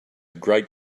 great